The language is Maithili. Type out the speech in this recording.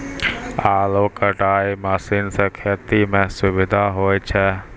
आलू कटाई मसीन सें खेती म सुबिधा होय छै